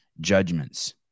judgments